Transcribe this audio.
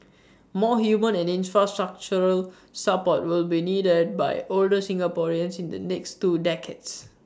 more human and infrastructural support will be needed by older Singaporeans in the next two decades